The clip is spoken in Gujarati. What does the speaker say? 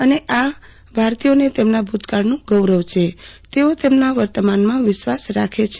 તેમણે કહ્યું કે ભારતીયોને તેમના ભૂતકાળનું ગૌરવ છે તેઓ તેમના વર્તમાનમાં વિશ્વાસ ધરાવે છે